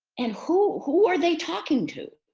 and who who are they talking to?